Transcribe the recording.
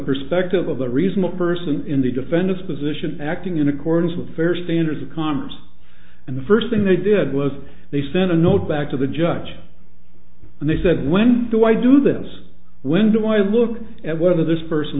perspective of the reasonable person in the defendant's position acting in accordance with fair standards of cons and the first thing they did was they sent a note back to the judge and they said when do i do this when do i look at whether this person